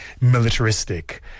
militaristic